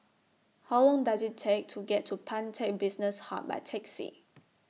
How Long Does IT Take to get to Pantech Business Hub By Taxi